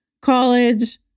college